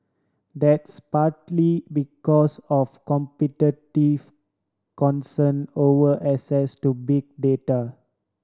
that's partly because of competitive concern over access to big data